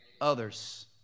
others